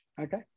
okay